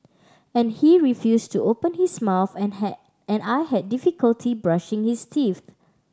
and he refused to open his mouth and had I had difficulty brushing his teeth